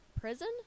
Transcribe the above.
Prison